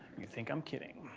you think i'm kidding.